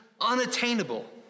unattainable